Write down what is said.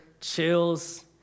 chills